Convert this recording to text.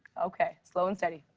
okay. slow and steady.